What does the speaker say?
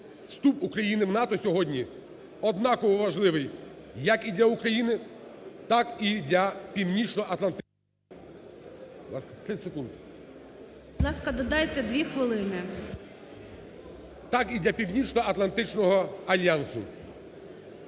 вступ України в НАТО сьогодні однаково важливий як і для України, так і для Північноатлантичного…